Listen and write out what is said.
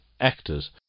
actors